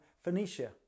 Phoenicia